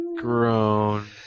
Grown